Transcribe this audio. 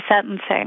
sentencing